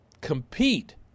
compete